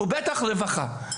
הוא בטח רווחה.